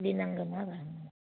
फुलि नांगोन नङा होमबा